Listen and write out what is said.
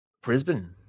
Brisbane